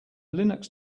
linux